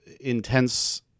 intense